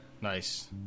Nice